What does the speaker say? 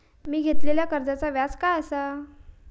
मी घेतलाल्या कर्जाचा व्याज काय आसा?